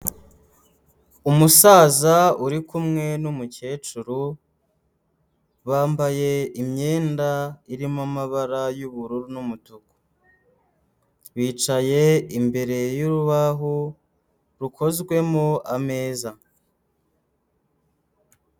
Umusaza uri kumwe n'umukecuru bambaye imyenda irimo amabara y'ubururu n'umutuku, bicaye imbere y'urubaho rukozwemo ameza.